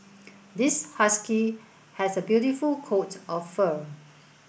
this husky has a beautiful coat of fur